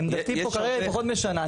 עמדתי פה כרגע פחות משנה,